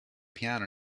piano